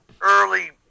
early